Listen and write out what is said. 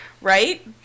Right